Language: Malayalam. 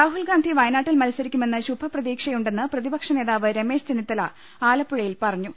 രാഹുൽഗാന്ധി വയ നാ ട്ടിൽ മത്സ് രിക്കു മെന്ന് ശുഭപ്രതീക്ഷയുണ്ടെന്ന് പ്രതിപക്ഷനേതാവ് രമേശ് ചെന്നിത്തല ആലപ്പുഴയിൽ പറഞ്ഞു